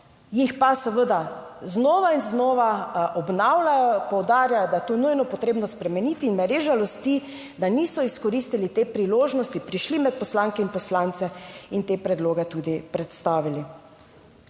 Jih pa seveda znova in znova obnavljajo, poudarjajo, da je to nujno potrebno spremeniti in me res žalosti, da niso izkoristili te priložnosti, prišli med poslanke in poslance in te predloge tudi predstavili.